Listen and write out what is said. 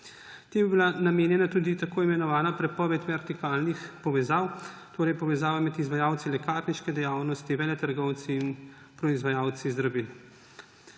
Temu je bila namenjena tudi tako imenovana prepoved vertikalnih povezav, torej povezava med izvajalci lekarniške dejavnosti, veletrgovci in proizvajalci zdravil.